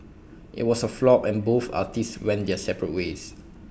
IT was A flop and both artists went their separate ways